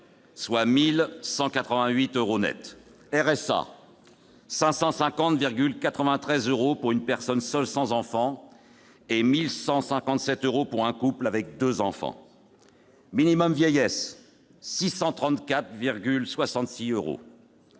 soit 1 188 euros nets ; RSA, 550,93 euros pour une personne seule sans enfant et 1 157 euros pour un couple avec deux enfants ; minimum vieillesse, 634,66 euros